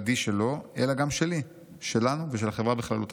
שלו, אלא גם שלי, שלנו ושל החברה בכללותה.